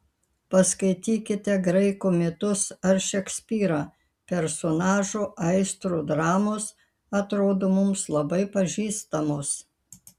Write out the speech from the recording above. paskaitykite graikų mitus ar šekspyrą personažų aistrų dramos atrodo mums labai pažįstamos